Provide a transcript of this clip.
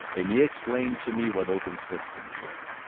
and he explained to me what open systems were.